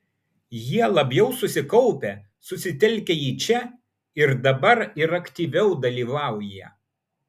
jie labiau susikaupę susitelkę į čia ir dabar ir aktyviau dalyvauja